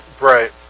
right